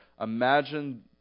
Imagine